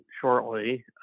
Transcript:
shortly